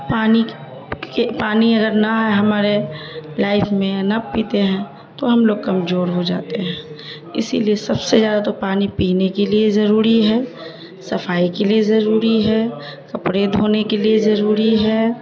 پانی کے پانی اگر نہ ہمارے لائف میں یا نہ پیتے ہیں تو ہم لوگ کمزور ہو جاتے ہیں اسی لیے سب سے زیادہ تو پانی پینے کے لیے ضروری ہے صفائی کے لیے ضروری ہے کپڑے دھونے کے لیے ضروری ہے